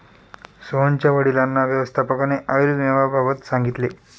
सोहनच्या वडिलांना व्यवस्थापकाने आयुर्विम्याबाबत सांगितले